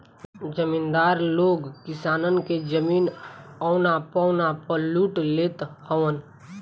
जमीदार लोग किसानन के जमीन औना पौना पअ लूट लेत हवन